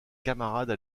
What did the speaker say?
camarades